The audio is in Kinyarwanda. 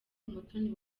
umutoni